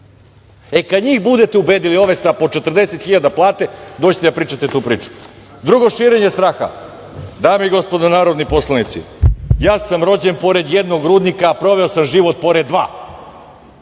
E, kada njih budete ubedili ove sa 40.000 plate, dođite da pričate tu priču. Drugo, širenje straha, dame i gospodo narodni poslanici, ja sam rođen pored jednog rudnika, proverio sam život pored dva,